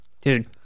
Dude